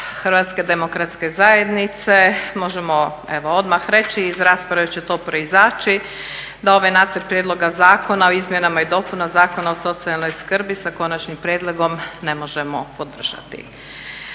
U ime kluba HDZ-a možemo evo odmah reći iz rasprave će to proizaći, da ovaj nacrt Prijedloga zakona o izmjenama i dopunama Zakona o socijalnoj skrbi, s Konačnim prijedlogom zakona ne možemo podržati.